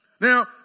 Now